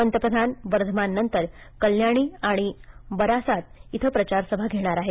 पंतप्रधान बर्धमाननंतर कल्याणी आणि बरासात इथं प्रचारसभा घेणार आहेत